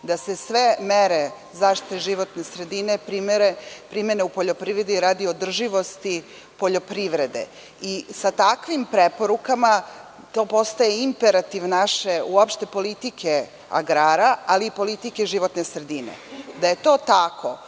da se sve mere zaštite životne sredine primene u poljoprivredi radi održivosti poljoprivrede i sa takvim preporukama to postaje imperativ naše politike agrara, ali i politike životne sredine. Da je to tako,